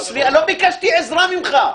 הוא לא נמצא --- לא ביקשתי עזרה ממך.